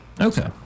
Okay